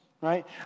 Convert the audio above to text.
Right